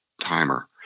Timer